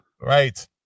Right